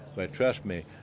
but trust me.